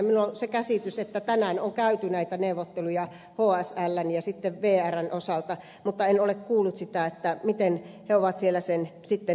minulla on se käsitys että tänään on käyty näitä neuvotteluja hsln ja vrn osalta mutta en ole kuullut sitä miten he ovat siellä sen sitten ajatelleet